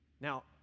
Now